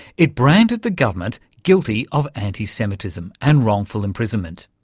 it branded the government guilty of anti-semitism and wrongful imprisonment.